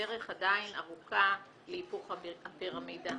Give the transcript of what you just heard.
הדרך עדיין ארוכה להיפוך הפירמידה.